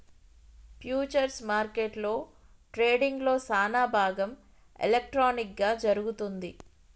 futures మార్కెట్లో ట్రేడింగ్లో సానాభాగం ఎలక్ట్రానిక్ గా జరుగుతుంది